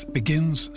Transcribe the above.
begins